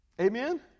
amen